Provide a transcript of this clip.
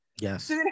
Yes